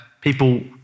people